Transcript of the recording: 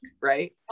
right